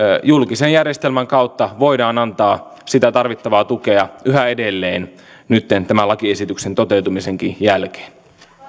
julkisen järjestelmän kautta voidaan antaa sitä tarvittavaa tukea yhä edelleen nytten tämän lakiesityksen toteutumisenkin jälkeen